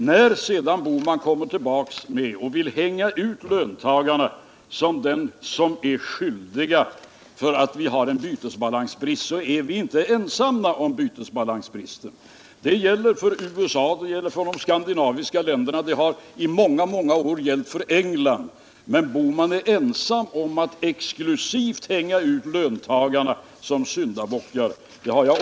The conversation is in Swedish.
När sedan herr Bohman kommer tillbaka och vill hänga ut löntagarna såsom de som är skyldiga till att vi har en bytesbalansbrist, måste jag framhålla att vi inte är ensamma om en bytesbalansbrist. Detsamma gäller för USA och för de skandinaviska länderna och har i många år gällt för England. Men herr Bohman är ensam om att exklusivt hänga ut löntagarna såsom syndabockar.